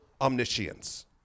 omniscience